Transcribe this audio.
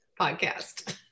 podcast